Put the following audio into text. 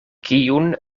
kiun